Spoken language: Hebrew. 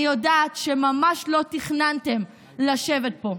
אני יודעת שממש לא תכננתם לשבת פה.